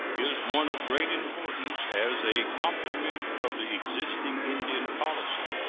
is one of great importance as a complement of the existing indian policy.